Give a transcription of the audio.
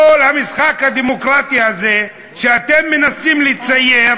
כל המשחק הדמוקרטי הזה שאתם מנסים לצייר